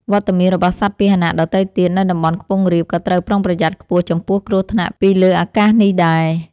វត្តមានរបស់សត្វពាហនៈដទៃទៀតនៅតំបន់ខ្ពង់រាបក៏ត្រូវប្រុងប្រយ័ត្នខ្ពស់ចំពោះគ្រោះថ្នាក់ពីលើអាកាសនេះដែរ។